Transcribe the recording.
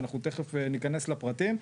אנחנו תכף נכנס לפרטים.